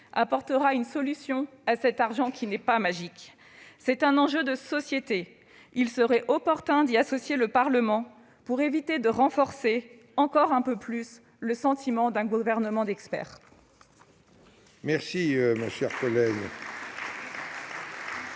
trouver une solution à cet argent qui n'est pas magique. C'est un enjeu de société. Il serait opportun d'y associer le Parlement afin d'éviter de renforcer encore un peu plus le sentiment d'un gouvernement d'experts. La parole